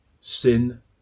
sin